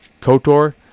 KOTOR